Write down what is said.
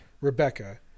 rebecca